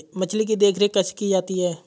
मछली की देखरेख कैसे की जाती है?